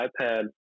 ipad